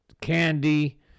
candy